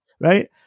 right